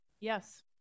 Yes